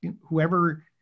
whoever